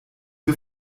wir